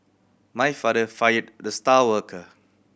my father fired the star worker